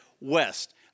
west